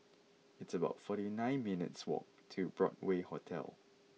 it's about forty nine minutes' walk to Broadway Hotel